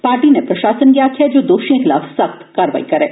party नै प्रशासन गी आक्खेया जे ओ दोषियें खलाफ सख्त कारवाई करै